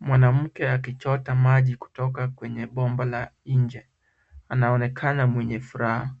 Mwanamke akichota maji kutoka kwenye bomba la nje. Anaonekana mwenye furaha.